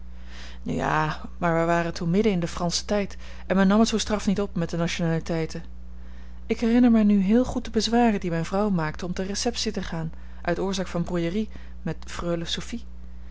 ja maar wij waren toen midden in den franschen tijd en men nam het zoo straf niet op met de nationaliteiten ik herinner mij nu heel goed de bezwaren die mijne vrouw maakte om ter receptie te gaan uit oorzaak van brouillerie met freule sophie